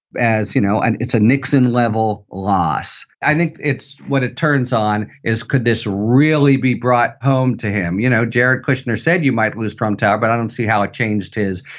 as you know, and it's a nickson level loss i think it's what it turns on is could this really be brought home to him? you know, jared kushner said you might lose trump tower, but i don't see how it changed his.